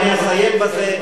ואני אסיים בזה.